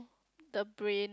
the brain